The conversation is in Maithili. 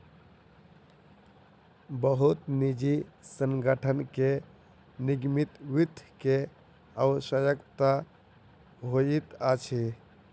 बहुत निजी संगठन के निगमित वित्त के आवश्यकता होइत अछि